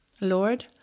Lord